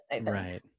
Right